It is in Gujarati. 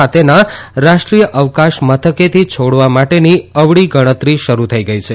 ખાતેના રાષ્ટ્રીય અવકાશમથકેથી છોડવા માટેની અવળી ગણતરી શરૂ થઇ ગઇ છે